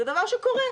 זה דבר שקורה.